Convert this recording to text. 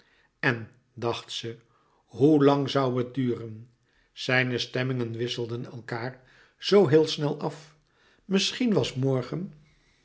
en dacht ze hoelang zoû het duren zijne stemmingen wisselden elkaâr zoo heel snel af misschien was morgen